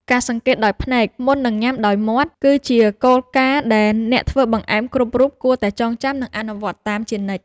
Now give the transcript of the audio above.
ការសង្កេតដោយភ្នែកមុននឹងញ៉ាំដោយមាត់ គឺជាគោលការណ៍ដែលអ្នកធ្វើបង្អែមគ្រប់រូបគួរតែចងចាំ និងអនុវត្តតាមជានិច្ច។